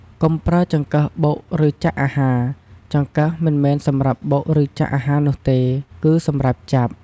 កុំប្រើចង្កឹះបុក ឬចាក់អាហារ ចង្កឹះមិនមែនសម្រាប់បុក ឬចាក់អាហារនោះទេ គឺសម្រាប់ចាប់។